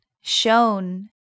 shown